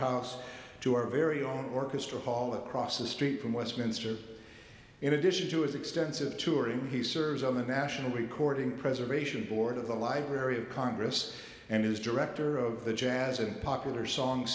house to our very own orchestra hall across the street from westminster in addition to his extensive touring he serves on the national recording preservation board of the library of congress and is director of the jazz and popular song